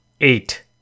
eight